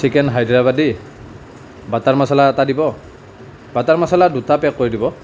chicken Hyderabadi butter masala এটা দিব butter masala দুটা পেক কৰি দিব